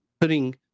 putting